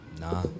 Nah